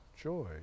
joy